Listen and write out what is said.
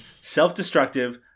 Self-destructive